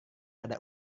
ada